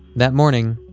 that morning,